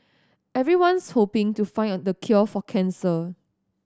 everyone's hoping to find a the cure for cancer